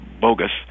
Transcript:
bogus